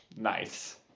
Nice